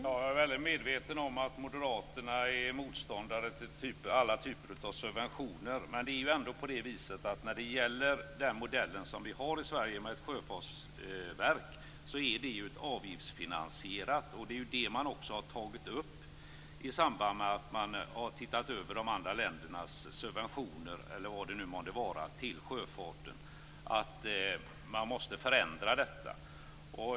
Fru talman! Jag är medveten om att moderaterna är motståndare till alla typer av subventioner, men den modellen som vi har i Sverige med ett sjöfartsverk är avgiftsfinansierad. Det är också det man har tagit upp i samband med att man har tittat över de andra ländernas subventioner, eller vad det nu månde vara, till sjöfarten. Man måste förändra detta.